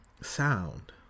sound